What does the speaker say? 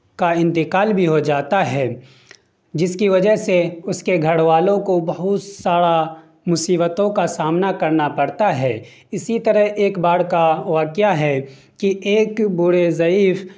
کا انتقال بھی ہو جاتا ہے جس کی وجہ سے اس کے گھر والوں کو بہت سارا مصیبتوں کا سامنا کرنا پڑتا ہے اسی طرح ایک بار کا واقعہ ہے کہ ایک بوڑھے ضعیف